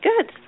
Good